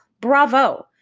bravo